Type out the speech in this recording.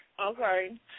Okay